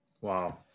Wow